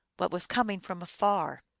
what was coming from afar.